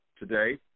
today